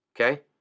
Okay